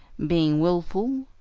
being willful,